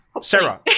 Sarah